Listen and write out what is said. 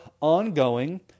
ongoing